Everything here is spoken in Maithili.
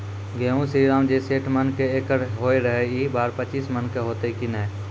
गेहूँ श्रीराम जे सैठ मन के एकरऽ होय रहे ई बार पचीस मन के होते कि नेय?